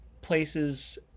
places